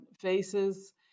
faces